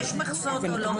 יש מכסות או לא?